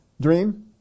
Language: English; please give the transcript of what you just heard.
dream